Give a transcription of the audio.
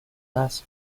last